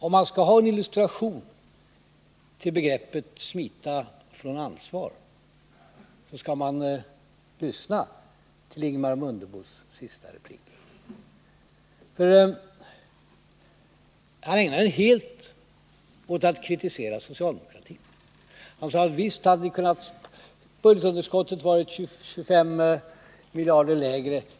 Om man vill ha en illustration till begreppet ”smita från ansvar”, skall man lyssna till Ingemar Mundebos senaste replik. Han ägnade den helt åt att kritisera socialdemokratin. Han sade att budgetunderskottet visst hade kunnat vara 25 miljarder mindre, om socialdemokraternas förslag hade genomförts.